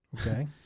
Okay